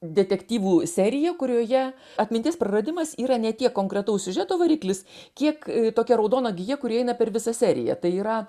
detektyvų seriją kurioje atminties praradimas yra ne tiek konkretaus siužeto variklis kiek tokia raudona gija kuri eina per visą seriją tai yra